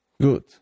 good